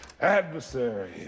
adversary